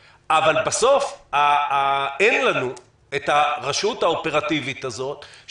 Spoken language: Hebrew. ואותו גוף שמקבל החלטות מפעיל את האופרטורים השונים,